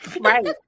Right